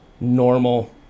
normal